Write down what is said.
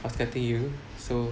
I was cutting you so